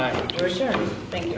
i think